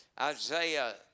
Isaiah